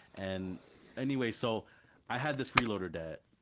and anyway, so i had this freeloader debt,